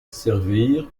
servir